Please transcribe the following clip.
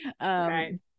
Right